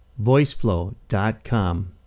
voiceflow.com